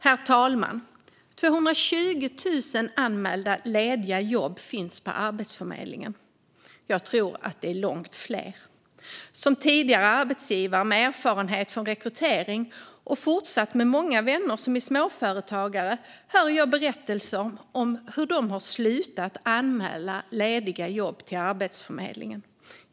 Herr talman! På Arbetsförmedlingen finns 220 000 anmälda lediga jobb. Jag tror att det är långt fler. Som tidigare arbetsgivare med erfarenhet från rekrytering och med många vänner som är småföretagare hör jag berättelser om att de i jakten på arbetskraft har slutat att anmäla lediga jobb till Arbetsförmedlingen.